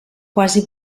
quasi